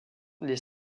les